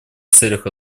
целях